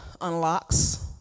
unlocks